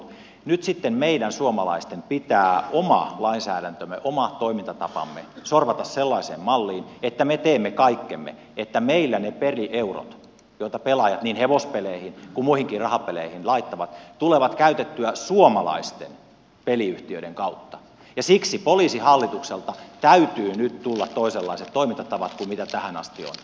nyt sitten meidän suomalaisten pitää oma lainsäädäntömme oma toimintatapamme sorvata sellaiseen malliin että me teemme kaikkemme että meillä ne pelieurot joita pelaajat niin hevospeleihin kuin muihinkin rahapeleihin laittavat tulevat käytettyä suomalaisten peliyhtiöiden kautta ja siksi poliisihallitukselta täytyy nyt tulla toisenlaiset toimintatavat kuin mitä tähän asti on ollut